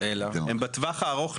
הם בטווח הארוך,